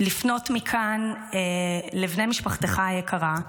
אני רוצה לפנות מכאן לבני משפחתך היקרה,